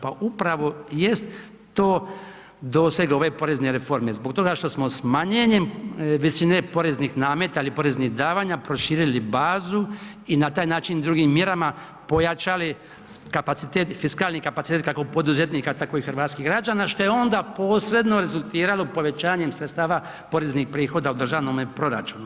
Pa upravo jest to doseg ove porezne reforme, zbog toga što smo smanjenjem visine poreznih nameta ili poreznih davanja proširili bazu i na taj način drugim mjerama pojačali kapacitet, fiskalni kapacitet kako poduzetnika tako i hrvatskih građana šta je onda posredno rezultiralo povećanjem sredstava poreznih prihoda u državnome proračunu.